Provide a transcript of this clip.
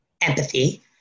empathy